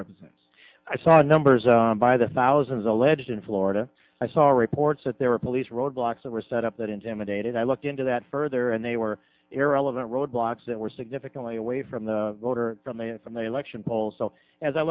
represents i saw the numbers by the thousands alleged in florida i saw reports that there were police roadblocks that were set up that intimidated i looked into that further and they were irrelevant roadblocks we're significantly away from the voter summit from the election polls so as i